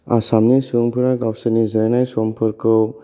आसामनि सुबुंफोरा गावसोरनि जानाय समफोरखौ